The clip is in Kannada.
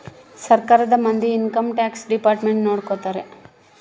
ಸರ್ಕಾರದ ಮಂದಿ ಇನ್ಕಮ್ ಟ್ಯಾಕ್ಸ್ ಡಿಪಾರ್ಟ್ಮೆಂಟ್ ನೊಡ್ಕೋತರ